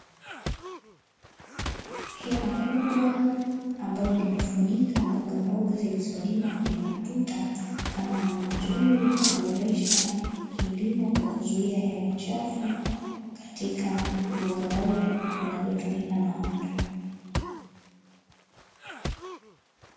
Hema kubwa ambalo limefunika mbogamboga zilizolimwa kwenye matuta kama namna nzuri ya kuboresha kilimo, kwa kuzuia hewa chafu katika mboga ambazo zinazotumika na watu.